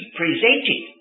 presented